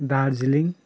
Darjeeling